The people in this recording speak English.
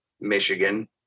Michigan